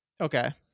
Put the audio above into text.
Okay